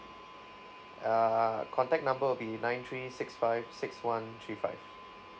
err contact number will be nine three six five six one three five